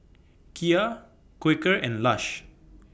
Kia Quaker and Lush